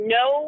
no